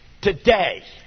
today